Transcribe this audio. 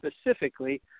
specifically